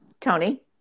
Tony